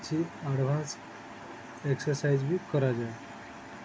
କିଛି advance exercise ବି କରାଯାଏ